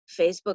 Facebook